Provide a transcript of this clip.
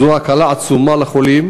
זו הקלה עצומה לחולים.